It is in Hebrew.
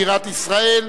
בירת ישראל,